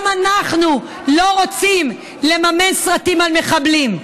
גם אנחנו לא רוצים לממן סרטים על מחבלים.